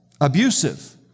abusive